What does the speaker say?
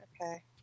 Okay